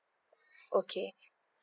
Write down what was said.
okay